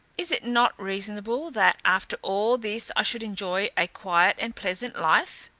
is it not reasonable that, after all this i should enjoy a quiet and pleasant life?